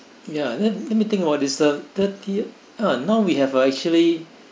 ya let let me think about this uh thirtieth ah now we have uh actually